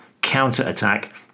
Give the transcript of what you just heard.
counter-attack